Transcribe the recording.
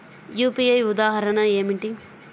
UPI ఉదాహరణ ఏమిటి?